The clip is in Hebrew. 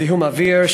זיהום אוויר,